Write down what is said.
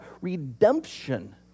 redemption